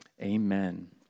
Amen